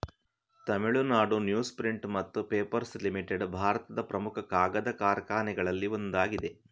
Tamil Nadu newsprint ಮತ್ತು papers limited ಭಾರತದ ಪ್ರಮುಖ ಕಾಗದ ಕಾರ್ಖಾನೆಗಳಲ್ಲಿ ಒಂದಾಗಿದೆ